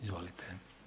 Izvolite.